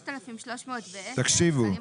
5,310 שקלים חדשים.